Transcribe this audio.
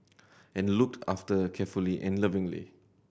and looked after carefully and lovingly